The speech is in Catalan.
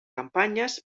campanyes